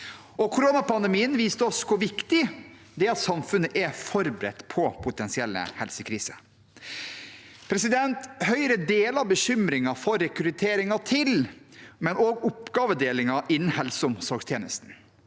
Koronapandemien viste oss hvor viktig det er at samfunnet er forberedt på potensielle helsekriser. Høyre deler bekymringen for rekrutteringen til og oppgavedelingen innen helse- og omsorgstjenesten.